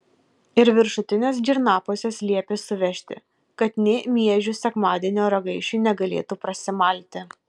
ir viršutines girnapuses liepė suvežti kad nė miežių sekmadienio ragaišiui negalėtų prasimalti